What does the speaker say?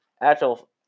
Actual